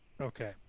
Okay